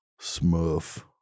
Smurf